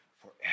forever